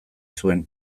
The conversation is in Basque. zuen